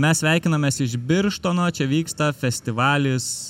mes sveikinamės iš birštono čia vyksta festivalis